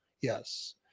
Yes